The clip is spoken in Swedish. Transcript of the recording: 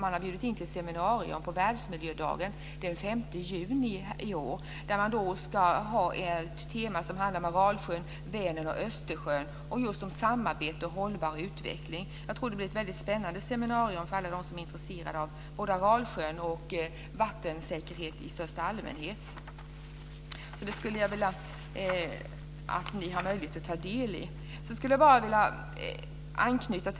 Man har bjudit in till ett seminarium på Världsmiljödagen den 5 juni i år där temat kommer att vara Aralsjön, Vänern och Östersjön. Det kommer att handla om just samarbete och hållbar utveckling. Jag tror att det blir ett väldigt spännande seminarium för alla dem som är intresserade av både Aralsjön och vattensäkerhet i största allmänhet, så jag önskar att ni har möjligt att ta del i det.